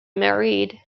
married